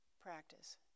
practice